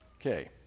Okay